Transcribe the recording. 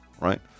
right